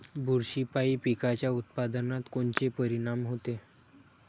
बुरशीपायी पिकाच्या उत्पादनात कोनचे परीनाम होते?